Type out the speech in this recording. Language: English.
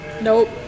Nope